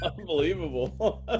Unbelievable